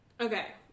Okay